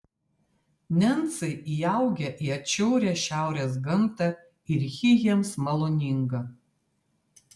nencai įaugę į atšiaurią šiaurės gamtą ir ji jiems maloninga